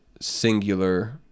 singular